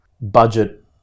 budget